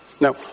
Now